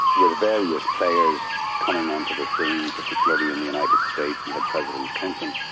with various players coming onto the scene, particularly in the united states, you had president clinton,